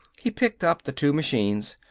he picked up the two machines.